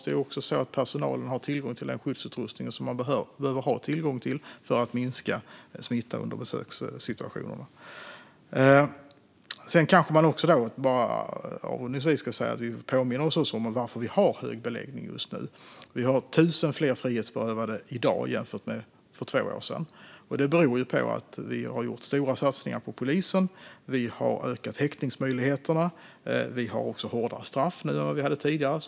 Det är också så att personalen har tillgång till den skyddsutrustning man behöver ha tillgång till för att minska smittan i besökssituationer. Avrundningsvis kanske jag ska påminna om varför vi har hög beläggning just nu. Vi har 1 000 fler frihetsberövade i dag jämfört med för två år sedan. Det beror på att vi har gjort stora satsningar på polisen, att vi har ökat häktningsmöjligheterna och att vi har hårdare straff nu än vad vi hade tidigare.